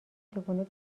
چگونه